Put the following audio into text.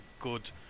good